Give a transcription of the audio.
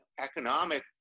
economic